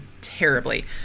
terribly